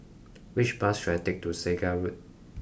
which bus should I take to Segar Road